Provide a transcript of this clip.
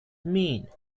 mean